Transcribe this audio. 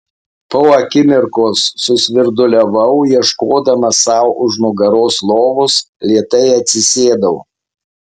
po akimirkos susvirduliavau ieškodama sau už nugaros lovos lėtai atsisėdau